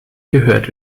gehört